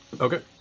Okay